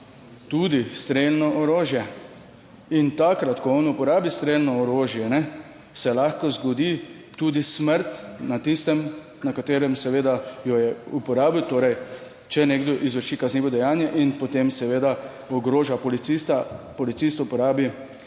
tudi strelno orožje in takrat, ko on uporabi strelno orožje, se lahko zgodi tudi smrt na tistem, na katerem seveda jo je uporabil, torej, če nekdo izvrši kaznivo dejanje in potem seveda ogroža policista, policist uporabi strelno